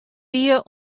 wie